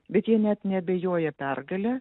bet jie net neabejoja pergale